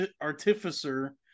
artificer